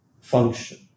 function